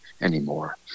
anymore